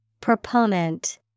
Proponent